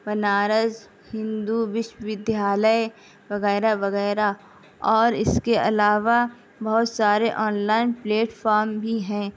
بنارس ہندو وشواودیالیہ وغیرہ وغیرہ اور اس کے علاوہ بہت سارے آن لائن پلیٹفارم بھی ہیں